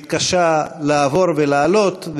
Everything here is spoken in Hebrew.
שהתקשה לעבור ולעלות,